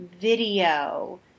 video